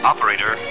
Operator